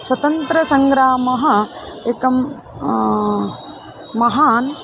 स्वतन्त्रसङ्ग्रामः एकं महान्